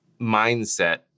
mindset